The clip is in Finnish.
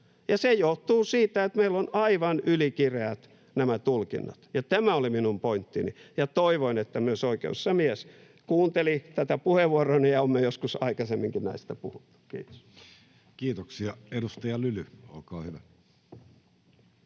se johtuu siitä, että meillä on aivan ylikireät nämä tulkinnat. Tämä oli minun pointtini, ja toivoin, että myös oikeusasiamies kuunteli tätä puheenvuoroani, ja olen minä joskus aikaisemminkin näistä puhunut. — Kiitos. Kiitoksia. — Edustaja Lyly, olkaa hyvä.